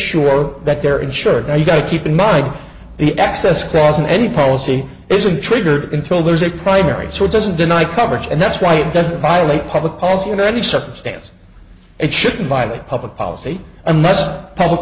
sure that they're insured you got to keep in mind the access clause in any policy isn't triggered until there's a primary source doesn't deny coverage and that's why it doesn't violate public polls in any circumstance it shouldn't violate public policy unless public